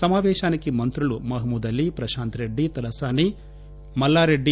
సమావేశానికి మంత్రులు మహమూద్ అలీ ప్రకాంత్ రెడ్డి తలసాని మల్లారెడ్డి